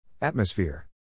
Atmosphere